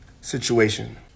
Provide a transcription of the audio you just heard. situation